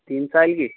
تین سال کی